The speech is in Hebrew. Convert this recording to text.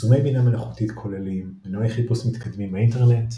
" יישומי בינה מלאכותית כוללים מנועי חיפוש מתקדמים באינטרנט,